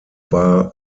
war